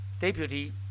deputy